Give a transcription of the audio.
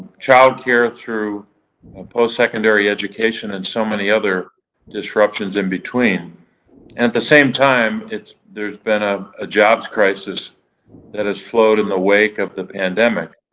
childcare through postsecondary education and so many other disruptions in between. and at the same time, it's, there's been a ah jobs crisis that has flowed in the wake of the pandemic.